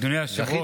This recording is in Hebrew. יחד,